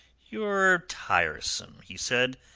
you're tiresome, he said.